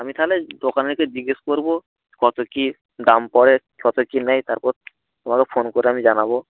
আমি তাহলে দোকানে গিয়ে জিজ্ঞাসা করব কত কী দাম পড়ে কত কী নেয় তারপর তোমাকে ফোন করে আমি জানাব